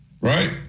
right